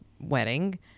wedding